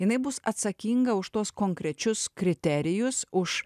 jinai bus atsakinga už tuos konkrečius kriterijus už